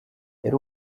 yari